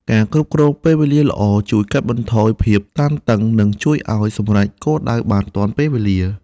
ការគ្រប់គ្រងពេលវេលាល្អជួយកាត់បន្ថយភាពតានតឹងនិងជួយឱ្យសម្រេចគោលដៅបានទាន់ពេល។